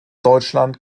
deutschland